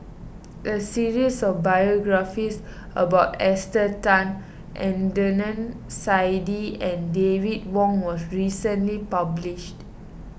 a series of biographies about Esther Tan Adnan Saidi and David Wong was recently published